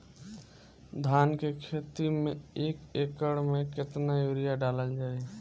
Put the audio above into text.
धान के खेती में एक एकड़ में केतना यूरिया डालल जाई?